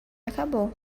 acabou